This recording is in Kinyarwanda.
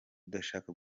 udashaka